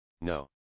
No